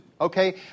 okay